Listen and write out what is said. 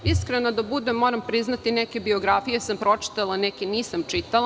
Iskrena da budem, moram priznati neke biografije sam pročitala, neke nisam čitala.